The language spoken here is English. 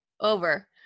Over